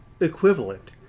equivalent